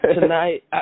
Tonight